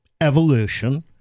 evolution